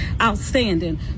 outstanding